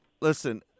Listen